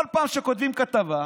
וכל פעם שכותבים כתבה,